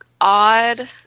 odd